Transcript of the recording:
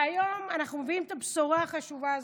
והיום אנחנו מביאים את הבשורה החשובה הזאת,